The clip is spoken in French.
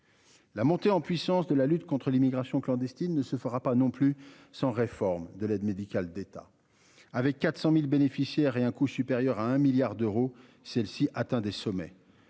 La montée en puissance de la lutte contre l'immigration clandestine ne se fera pas non plus sans réforme de l'aide médicale d'État avec 400.000 bénéficiaires et un coût supérieur à un milliard d'euros. Celle-ci atteint des sommets.